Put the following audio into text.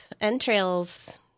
entrails